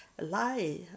lie